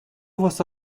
واسه